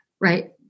Right